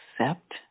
accept